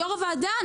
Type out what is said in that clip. יו"ר הוועדה,